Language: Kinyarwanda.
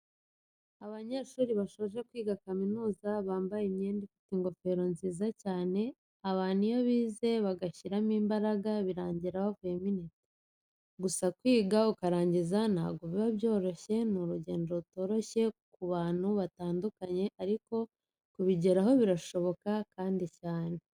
Abanyeshuri basoje kwiga kaminuza bambaye imyenda ifite ingofero nziza cyane, abantu iyo bize bagashyiramo imbaraga birangira bavuyemo intiti, gusa kwiga ukarangiza ntabwo biba byoroshye ni urugendo rutoroshye ku bantu batandukanye ariko kubigeraho birashoboka kandi cyane.